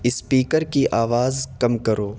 speaker کی آواز کم کرو